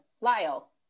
Lyle